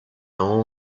all